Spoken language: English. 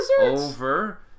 over